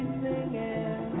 singing